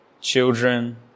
children